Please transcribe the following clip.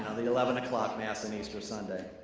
um the eleven o'clock mass in easter sunday.